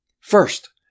First